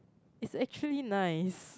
it's actually nice